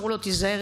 אמרו לו: "תיזהר,